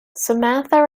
samantha